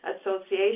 association